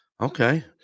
okay